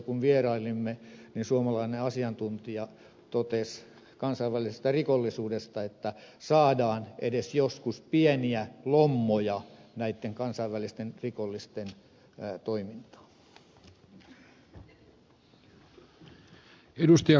kun siellä vierailimme suomalainen asiantuntija totesi kansainvälisestä rikollisuudesta että saadaan edes joskus pieniä lommoja näitten kansainvälisten rikollisten toimintaan